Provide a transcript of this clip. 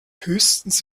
höchstens